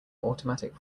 automatic